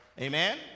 Amen